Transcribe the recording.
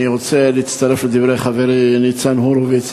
אני רוצה להצטרף לדברי חברי ניצן הורוביץ,